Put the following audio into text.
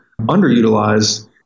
underutilized